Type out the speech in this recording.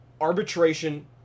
arbitration